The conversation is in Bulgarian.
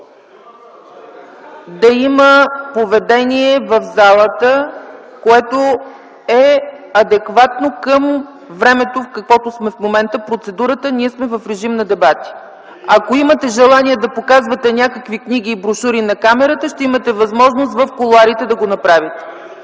да има поведение в залата, което е адекватно към процедурата, която сме в момента – ние сме в режим на дебати. Ако имате желание да показвате някакви книги и брошури на камерата, ще имате възможност да го направите